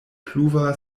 pluva